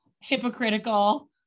hypocritical